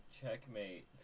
checkmate